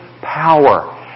power